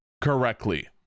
correctly